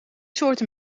soorten